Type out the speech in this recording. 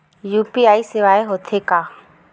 UPI सेवाएं हो थे का?